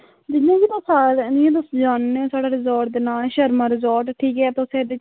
जि'यां तुस जानन्ने साढ़ा रिज़ाड़ दा नांऽ शर्मां रिज़ाड़ ठीक ऐ तुस एह्दै च